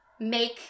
make